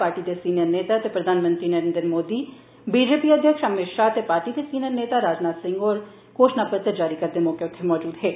party दे senior नेता ते प्रधानमंत्री नरेन्द्र मोदी ते बीजेपी दे अध्यक्ष अमित शाह ते पार्टी दे वरिष्ठ नेता राजनाथ सिंह होर घोषणा पत्र जारी करदे मौके उत्थे मौजूद हे